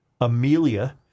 Amelia